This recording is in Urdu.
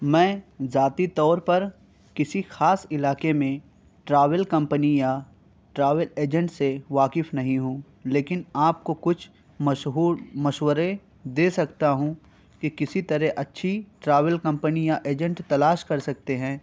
میں ذاتی طور پر کسی خاص علاقے میں ٹراول کمپنی یا ٹراول ایجنٹ سے واقف نہیں ہوں لیکن آپ کو کچھ مشہور مشورے دے سکتا ہوں کہ کسی طرح اچھی ٹراول کمپنی یا ایجنٹ تلاش کر سکتے ہیں